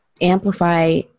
amplify